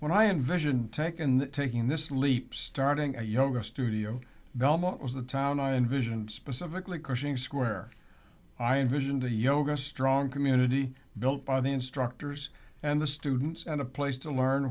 when i envision taken taking this leap starting a yoga studio belmont was the town i envisioned specifically coaching square i envisioned a yoga strong community built by the instructors and the students and a place to learn